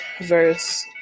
verse